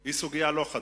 היא סוגיה לא חדשה.